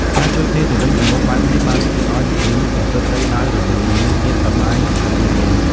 ការជួយគ្នាទៅវិញទៅមកបែបនេះ បានធ្វើឱ្យពិធីនោះប្រព្រឹត្តទៅដោយរលូន និងមានភាពសប្បាយរីករាយ។